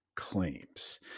Claims